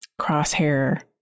crosshair